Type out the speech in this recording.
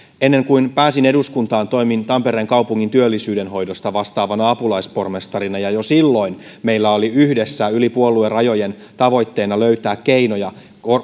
ennen kuin pääsin eduskuntaan toimin tampereen kaupungin työllisyydenhoidosta vastaavana apulaispormestarina ja jo silloin meillä oli yhdessä yli puoluerajojen tavoitteena löytää keinoja